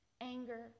anger